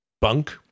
bunk